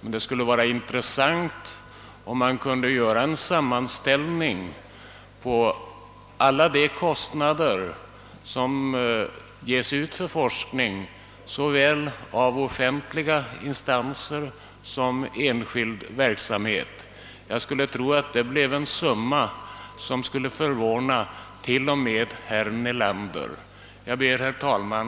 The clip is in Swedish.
men det skulle vara intressant att göra en sammanställning över alla anslag som ges till forskningen såväl från offentliga instanser som enskilda. Jag skulle tro att den summa man då fick fram skulle förvåna t.o.m. herr Nelander. Herr talman!